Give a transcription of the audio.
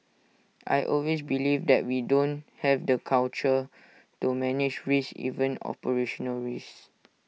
I always believe that we don't have the culture to manage risks even operational rests